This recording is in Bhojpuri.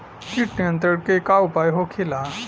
कीट नियंत्रण के का उपाय होखेला?